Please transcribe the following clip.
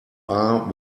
are